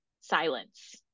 silence